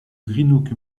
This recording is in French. greenock